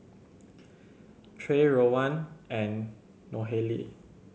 Trey Rowan and Nohely